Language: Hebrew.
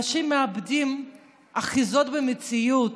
אנשי מאבדים אחיזה במציאות.